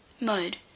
Mode